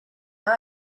dug